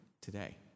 today